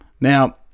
Now